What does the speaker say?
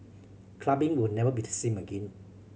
clubbing will never be the same again